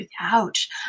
ouch